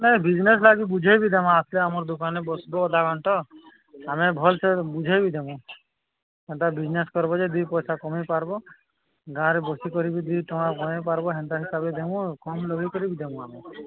ନାଇଁ ବିଜନେସ୍ ଲାଗି ବୁଝେଇବି ଦେମା ଆସିଲେ ଆମର୍ ଦୋକାନରେ ବସିବ ଅଧାଘଣ୍ଟା ଆମେ ଭଲସେ ବୁଝେଇବି ଦେମୁ ହେନ୍ତା ବିଜନେସ୍ କରିବ ଯେ ଦୁଇ ପଇସା କମେଇ ପାର୍ବ ଗାଁରେ ବସି କରିବି ଦୁଇ ଟଙ୍କା କମେଇ ପାରିବ ହେନ୍ତା ହିସାବରେ ଦେମୁ କମ୍ ଲଗେଇକି ବିି ଦେମୁ ଆମେ